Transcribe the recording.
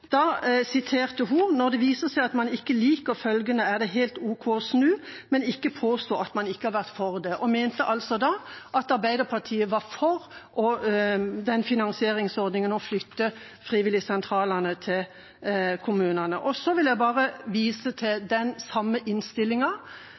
Da sa hun: «Når det viser seg at man ikke liker følgene, er det helt ok å snu, men ikke påstå at man ikke har vært for det.» Hun mente altså at Arbeiderpartiet var for den finansieringsordningen med å flytte frivilligsentralene til kommunene. Jeg vil bare vise til